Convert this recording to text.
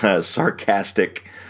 sarcastic